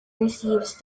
receives